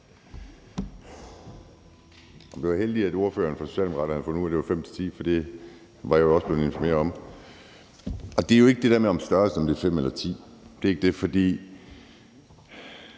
Det var heldigt, at ordføreren for Socialdemokraterne havde fundet ud af, at det var fem til ti, for det var jeg også blevet informeret om. Det er jo ikke det der med størrelsen, og om det er fem eller ti. Det er ikke det.